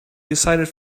decided